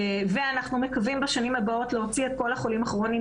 אנחנו מקווים בשנים הבאות להוציא את כל החולים הכרוניים,